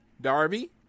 Darby